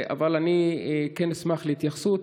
אבל אשמח להתייחסות.